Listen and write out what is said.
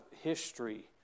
history